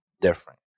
different